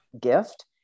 gift